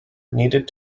needed